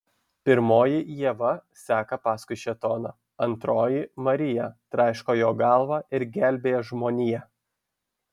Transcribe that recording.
pirmoji ieva seka paskui šėtoną antroji marija traiško jo galvą ir gelbėja žmoniją